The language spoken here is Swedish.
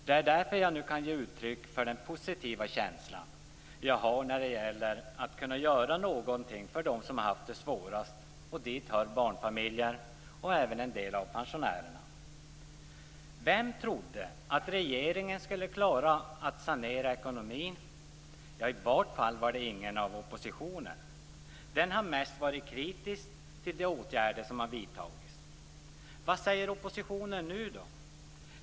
Det är därför jag nu kan ge uttryck för den positiva känsla jag har när vi nu kan göra någonting för dem som har haft det svårast. Dit hör barnfamiljer och även en del av pensionärerna. Vem trodde att regeringen skulle klara att sanera ekonomin? Ja, i varje fall var det ingen i oppositionen. Den har mest varit kritisk till de åtgärder som har vidtagits. Vad säger oppositionen nu då?